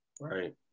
right